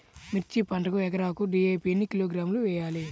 మిర్చి పంటకు ఎకరాకు డీ.ఏ.పీ ఎన్ని కిలోగ్రాములు వేయాలి?